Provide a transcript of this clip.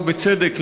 ובצדק,